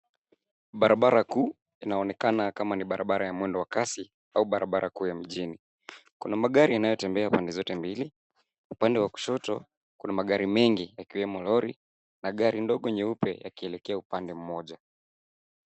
Barabara kuu inaonekana kama ni barabara ya mwendo wa kasi au barabara kuu ya mjini. Kuna magari inayotembea pande zote mbili. Upande wa kushoto kuna magari mengi yakiwemo loli na gari ndogo nyeupe yakielekea upande moja.